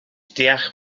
deall